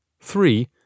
three